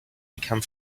become